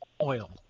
oil